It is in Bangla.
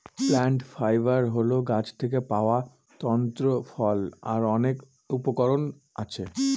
প্লান্ট ফাইবার হল গাছ থেকে পাওয়া তন্তু ফল যার অনেক উপকরণ আছে